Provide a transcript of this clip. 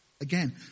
Again